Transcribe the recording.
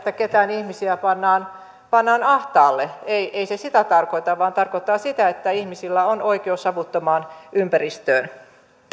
joitain ihmisiä pannaan pannaan ahtaalle ei ei se sitä tarkoita vaan tarkoittaa sitä että ihmisillä on oikeus savuttomaan ympäristöön